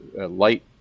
light